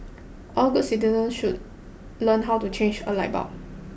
all good citizens should learn how to change a light bulb